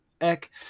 Eck